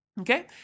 Okay